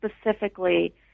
specifically